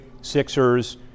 Sixers